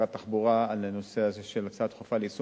שר התחבורה על הנושא הזה של ההצעה הדחופה על יישום